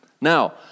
Now